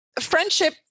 friendship